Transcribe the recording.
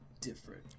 different